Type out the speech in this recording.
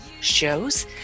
shows